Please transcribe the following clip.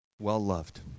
well-loved